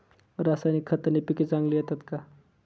रासायनिक खताने पिके चांगली येतात का?